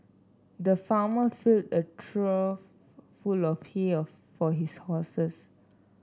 the farmer filled a trough full of hay of for his horses